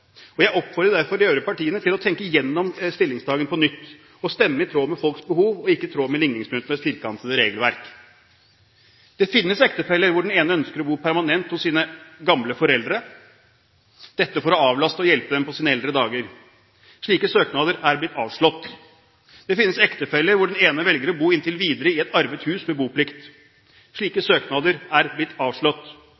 og jeg oppfordrer derfor de øvrige partiene til å tenke igjennom sin stillingtagen på nytt og stemme i tråd med folks behov og ikke i tråd med ligningsmyndighetenes firkantede regelverk. Det finnes ektefeller hvor den ene ønsker å bo permanent hos sine gamle foreldre – dette for å avlaste og hjelpe dem på deres eldre dager. Slike søknader er blitt avslått. Det finnes ektefeller hvor den ene inntil videre velger å bo i et arvet hus med boplikt. Slike